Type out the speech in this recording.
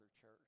church